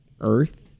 Earth